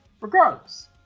Regardless